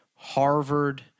Harvard